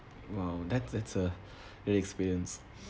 !wow! that's that's a great experience